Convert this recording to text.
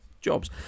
jobs